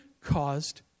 caused